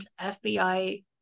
FBI